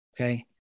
Okay